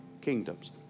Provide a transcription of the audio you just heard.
kingdoms